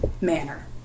manner